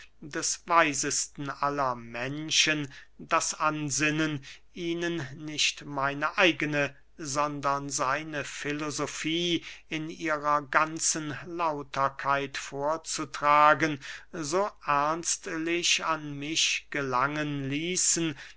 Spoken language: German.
des weisesten aller menschen das ansinnen ihnen nicht meine eigene sondern seine filosofie in ihrer ganzen lauterkeit vorzutragen so ernstlich an mich gelangen ließen